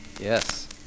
Yes